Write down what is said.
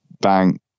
bank